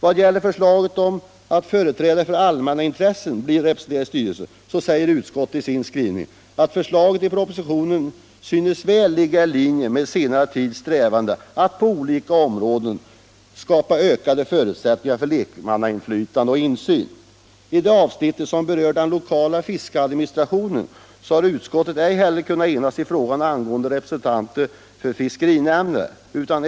Vad gäller förslaget om att företrädare för allmänna intressen skall bli representerade i styrelsen säger utskottet i sin skrivning, att förslaget i propositionen synes ligga väl i linje med den senare tidens strävanden att på olika områden skapa ökade förutsättningar för lekmannainflytande och insyn. I det avsnitt som berör den lokala fiskeadministrationen har utskottet inte heller kunnat enas i frågan om representanter i fiskerinämnderna.